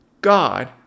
God